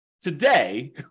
today